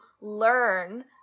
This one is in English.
learn